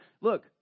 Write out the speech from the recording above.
look